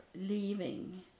leaving